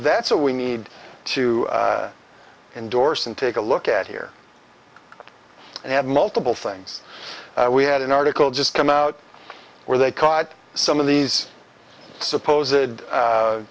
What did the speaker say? that's all we need to endorse and take a look at here and have multiple things we had an article just come out where they caught some of these supposed